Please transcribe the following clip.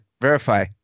verify